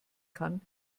kann